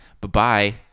Bye-bye